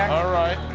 right?